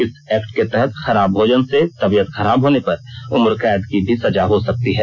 इस एक्ट के तहत खराब भोजन करने से तबियत खराब होने पर उम्रकैद की सजा भी हो सकती है